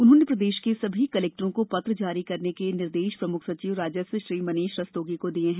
उन्होंने प्रदेश के समस्त कलेक्टरों को पत्र जारी करने के निर्देश प्रमुख सचिव राजस्व श्री मनीष रस्तोगी को दिए हैं